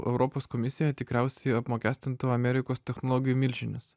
europos komisija tikriausiai apmokestintų amerikos technologijų milžines